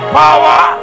power